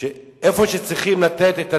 איפה שצריכים לתת את הדגש,